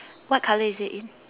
what color is it in